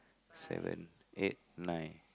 seven eight nine